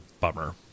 bummer